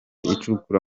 icukura